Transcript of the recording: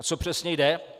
O co přesně jde?